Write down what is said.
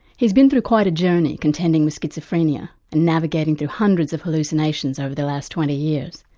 he's been through quite a journey contending with schizophrenia and navigating through hundreds of hallucinations over the last twenty years.